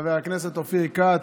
חבר הכנסת אופיר כץ.